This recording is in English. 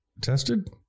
tested